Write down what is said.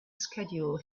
schedule